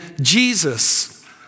Jesus